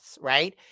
right